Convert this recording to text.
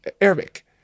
Arabic